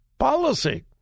Policy